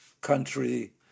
Country